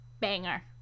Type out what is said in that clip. Banger